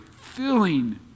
filling